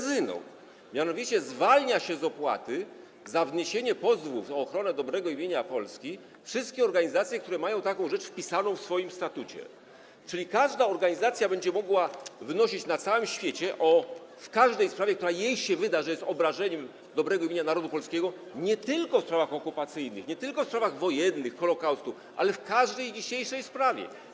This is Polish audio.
Zwalnia się z opłaty za wniesienie pozwów o ochronę dobrego imienia Polski wszystkie organizacje, które mają taką rzecz wpisaną w swoim statucie, czyli każda organizacja będzie mogła wnosić pozew na całym świecie w każdej sprawie, która wyda jej się obrażaniem dobrego imienia narodu polskiego - nie tylko w sprawach okupacyjnych, nie tylko w sprawach wojennych, Holokaustu, ale w każdej sprawie.